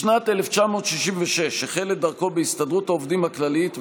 בשנת 1966 החל את דרכו בהסתדרות העובדים הכללית,